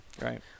Right